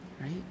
right